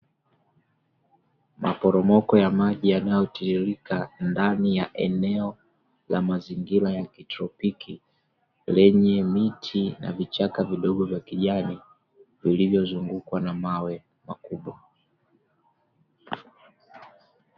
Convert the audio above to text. Maporomoko ya maji yanayotiririka ndani ya eneo la mazingira ya kitropiki, lenye miti na vichaka vidigo vya kijani lililozungukwa na mawe makubwa.